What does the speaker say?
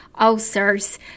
ulcers